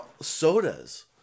sodas